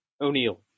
O'Neill